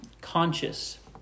conscious